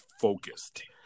focused